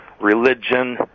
religion